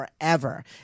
forever